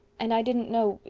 and i didn't know.